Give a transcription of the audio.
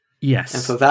Yes